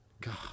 God